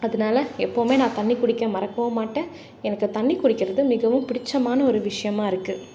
அதனால் எப்பவுமே நான் தண்ணிக்குடிக்க மறக்கவும் மாட்டேன் எனக்கு தண்ணிர் குடிக்கிறது மிகவும் பிடிச்சமான ஒரு விஷயமாக இருக்குது